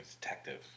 detective